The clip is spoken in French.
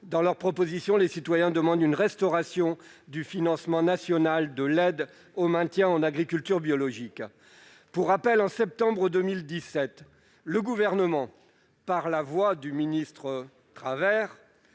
Dans leur proposition, les citoyens demandent une restauration du financement national de l'aide au maintien en agriculture biologique. Je rappelle que, en septembre 2017, le Gouvernement, par la voix du ministre Stéphane